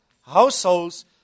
households